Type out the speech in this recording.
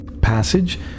passage